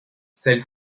celle